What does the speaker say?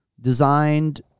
designed